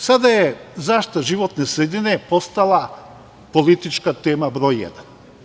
Sada je zaštita životne sredine postala politička tema broj jedan.